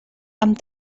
amb